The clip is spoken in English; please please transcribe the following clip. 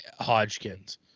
Hodgkins